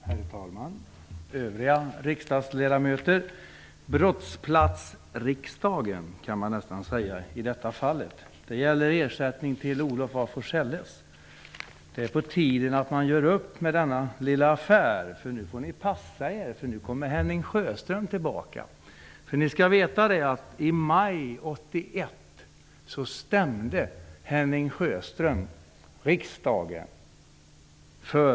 Herr talman, övriga riksdagsledamöter! Brottsplats riksdagen, kan man nästan säga i detta fall. Det gäller ersättning till Olof af Forselles. Det är på tiden att göra upp denna lilla affär. Nu får ni passa er, för nu kommer Henning Sjöström. I maj 1981 stämde Henning Sjöström riksdagen.